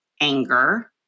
anger